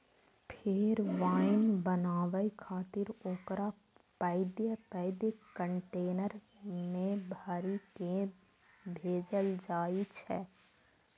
फेर वाइन बनाबै खातिर ओकरा पैघ पैघ कंटेनर मे भरि कें भेजल जाइ छै